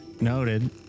Noted